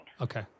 Okay